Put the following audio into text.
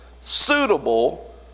suitable